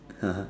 (uh huh)